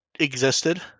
existed